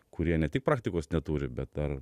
kurie ne tik praktikos neturi bet dar